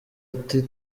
ati